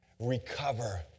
recover